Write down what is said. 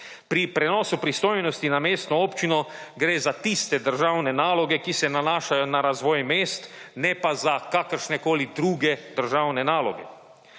Pri prenosu pristojnosti na mestno občino gre za tiste državne naloge, ki se nanašajo na razvoj mest, ne pa za kakršnekoli druge državne naloge.